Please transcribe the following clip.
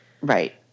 Right